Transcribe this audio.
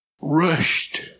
rushed